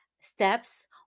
steps